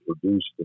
produced